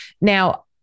Now